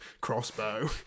crossbow